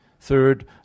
third